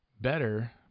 better